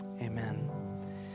Amen